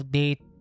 date